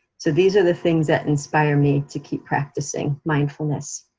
so these are the things that inspire me to keep practicing mindfulness.